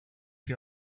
you